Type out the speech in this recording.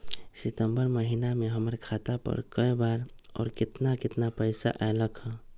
सितम्बर महीना में हमर खाता पर कय बार बार और केतना केतना पैसा अयलक ह?